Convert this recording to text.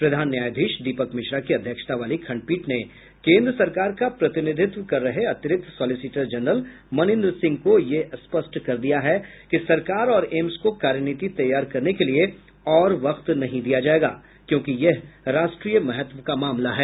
प्रधान न्यायाधीश दीपक मिश्रा की अध्यक्षता वाली खंडपीठ ने केंद्र सरकार का प्रतिनिधित्व कर रहे अतिरिक्त सोलिसिटर जनरल मनिंदर सिंह को यह स्पष्ट कर दिया कि सरकार और एम्स को कार्यनीति तैयार करने के लिए और वक्त नहीं दिया जाएगा क्योंकि यह राष्ट्रीय महत्व का मामला है